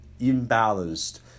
imbalanced